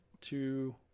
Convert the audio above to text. two